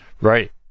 Right